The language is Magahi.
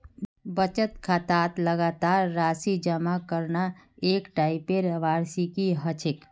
बचत खातात लगातार राशि जमा करना एक टाइपेर वार्षिकी ह छेक